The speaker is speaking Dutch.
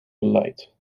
geluid